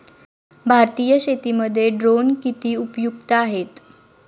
भारतीय शेतीमध्ये ड्रोन किती उपयुक्त आहेत?